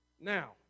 now